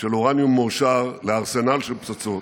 של אורניום מועשר לארסנל של פצצות,